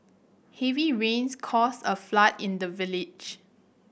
heavy rains caused a flood in the village